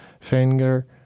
finger